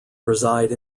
reside